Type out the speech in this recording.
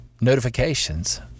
notifications